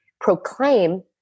proclaim